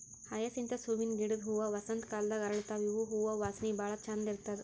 hyacinth ಹೂವಿನ ಗಿಡದ್ ಹೂವಾ ವಸಂತ್ ಕಾಲದಾಗ್ ಅರಳತಾವ್ ಇವ್ ಹೂವಾ ವಾಸನಿ ಭಾಳ್ ಛಂದ್ ಇರ್ತದ್